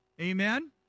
Amen